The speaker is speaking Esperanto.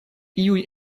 iuj